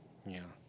ya